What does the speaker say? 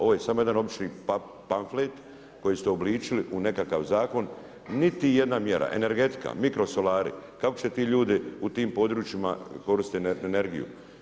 Ovo je samo jedan obični pamflet koji se uobličili u nekakav zakon, niti jedna mjera, energetika, mikrosolari, kako se ti ljudi u tim područjima koriste energiju.